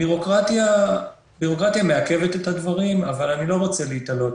בירוקרטיה מעכבת את הדברים אבל אני לא רוצה להיתלות